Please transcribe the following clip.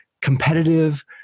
competitive